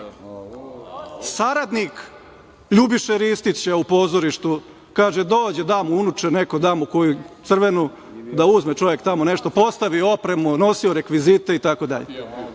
saradnik Ljubiše Ristića u pozorištu, kaže – dođe, dam mu unuče neko, dam mu koju crvenu da uzme tamo čovek nešto, pa ostavi opremu, nosio rekvizite itd.